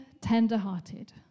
tenderhearted